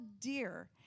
dear